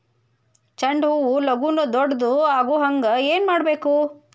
ಚಂಡ ಹೂ ಭಾಳ ಲಗೂನ ದೊಡ್ಡದು ಆಗುಹಂಗ್ ಏನ್ ಮಾಡ್ಬೇಕು?